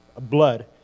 blood